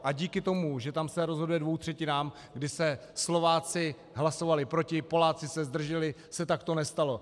A díky tomu, že tam se rozhoduje dvěma třetinami, kdy Slováci hlasovali proti, Poláci se zdrželi, se takto nestalo.